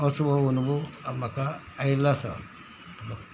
असो हो अनुभव म्हाका आयिल्लो आसा